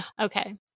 Okay